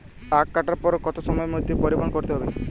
আখ কাটার পর কত সময়ের মধ্যে পরিবহন করতে হবে?